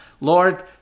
Lord